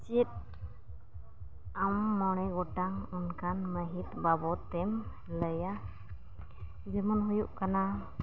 ᱪᱮᱫ ᱟᱢ ᱢᱚᱬᱮ ᱜᱚᱴᱟᱝ ᱚᱱᱠᱟᱱ ᱢᱟᱹᱦᱤᱛ ᱵᱟᱵᱚᱫᱛᱮᱢ ᱞᱟᱹᱭᱟ ᱡᱮᱢᱚᱱ ᱦᱩᱭᱩᱜ ᱠᱟᱱᱟ